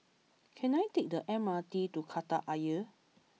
can I take the M R T to Kreta Ayer